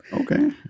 Okay